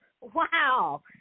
Wow